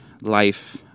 life